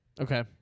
Okay